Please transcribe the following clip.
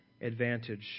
advantage